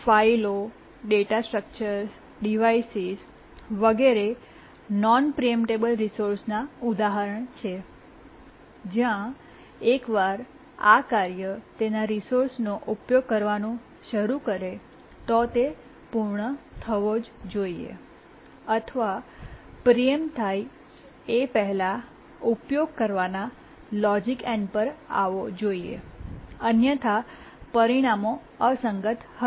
ફાઇલો data structures devices વગેરે એ નોન પ્રીએમ્પટેબલ રિસોર્સનાં ઉદાહરણ છે જ્યાં એકવાર એક કાર્ય આ રિસોર્સ નો ઉપયોગ કરવાનું શરૂ કરે તો તે પૂર્ણ થવો જ જોઈએ અથવા પ્રીએમ્પ્ટ થઈ એ પહેલા ઉપયોગ કરવાના લોજિકલ એન્ડ પર આવો જોઈએ અન્યથા પરિણામો અસંગત હશે